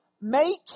make